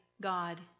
God